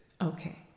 Okay